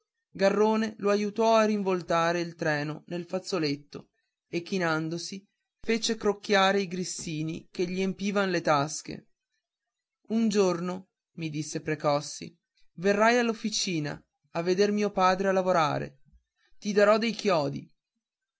garrone lo aiutò a rinvoltare il treno nel fazzoletto e chinandosi fece crocchiare i grissini che gli empivan le tasche un giorno mi disse precossi verrai all'officina a veder mio padre a lavorare ti darò dei chiodi